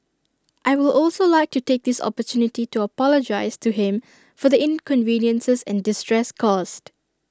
I will also like to take this opportunity to apologise to him for the inconveniences and distress caused